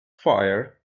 fire